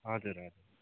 हजुर हजुर